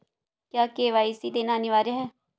क्या के.वाई.सी देना अनिवार्य है?